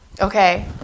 Okay